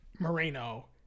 Moreno